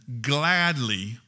gladly